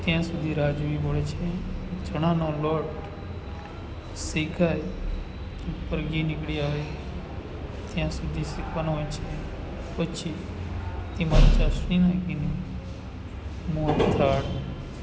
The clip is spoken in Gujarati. ત્યાં સુધી રાહ જોવી પડે છે ચણાનો લોટ શેકાય ઉપર ઘી નીકળી આવે ત્યાં સુધી શેકવાનો હોય છે પછી તેમાં ચાસણી નાખીને મોનથાળ